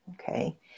Okay